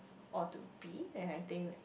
or to be and I think